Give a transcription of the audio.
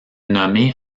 nommée